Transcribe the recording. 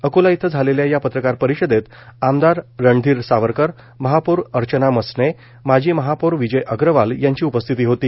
अकोला इथं झालेल्या या पत्रकार परिषदेत आमदार रणधीर सावरकर महापौर अर्चना मसने माजी महापौर विजय अग्रवाल यांची उपस्थिती होती